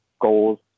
goals